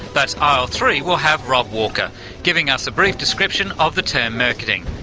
that's aisle three, we'll have rob walker giving us a brief description of the term murketing.